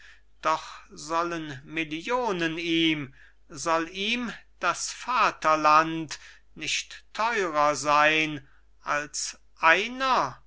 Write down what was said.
doch sollen millionen ihm soll ihm das vaterland nicht teurer sein als einer